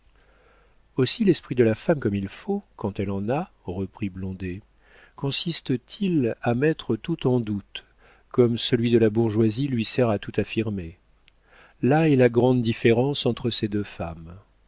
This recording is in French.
aussi l'esprit de la femme comme il faut quand elle en a reprit blondet consiste-t-il à mettre tout en doute comme celui de la bourgeoise lui sert à tout affirmer là est la grande différence entre ces deux femmes